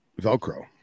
Velcro